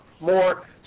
more